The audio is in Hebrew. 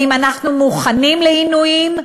האם אנחנו מוכנים לעינויים?